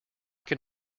can